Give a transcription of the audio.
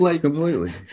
completely